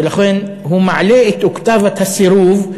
ולכן הוא מעלה את אוקטבת הסירוב,